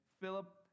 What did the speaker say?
Philip